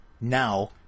now